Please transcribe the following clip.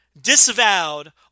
disavowed